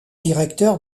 directeur